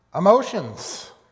emotions